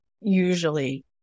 usually